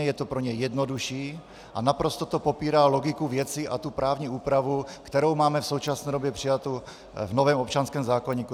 Je to pro něj jednodušší a naprosto to popírá logiku věci a právní úpravu, kterou máme v současné době přijatu v novém občanském zákoníku.